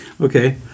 okay